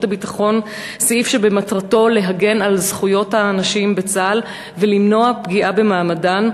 הביטחון סעיף שמטרתו להגן על זכויות הנשים בצה"ל ולמנוע פגיעה במעמדן,